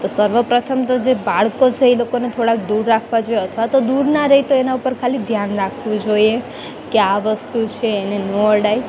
તો સર્વપ્રથમ તો જે બાળકો છે એ લોકોને થોડાક દૂર રાખવા જોએ અથવા તો દૂર ના રહે તો એના ઉપર ખાલી ધ્યાન રાખવું જોઈએ કે આ વસ્તુ છે એને નહીં અડાય